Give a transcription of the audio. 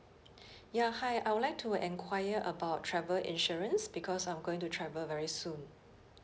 ya hi I would like to enquire about travel insurance because I'm going to travel very soon